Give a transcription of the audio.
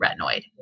retinoid